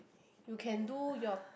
you can do your